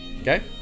Okay